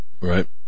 Right